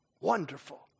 wonderful